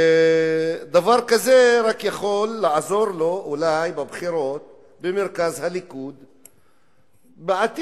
שדבר כזה רק יכול לעזור לו אולי בבחירות במרכז הליכוד בעתיד.